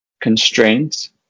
constraints